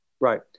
Right